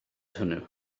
hwnnw